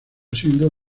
siendo